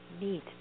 Neat